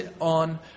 on